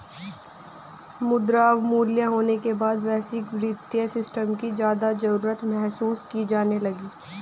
मुद्रा अवमूल्यन होने के बाद वैश्विक वित्तीय सिस्टम की ज्यादा जरूरत महसूस की जाने लगी